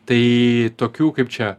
tai tokių kaip čia